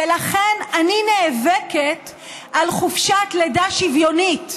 ולכן אני נאבקת על חופשת לידה שוויונית,